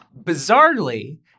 Bizarrely